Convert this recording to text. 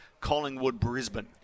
Collingwood-Brisbane